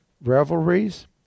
revelries